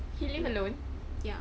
he live alone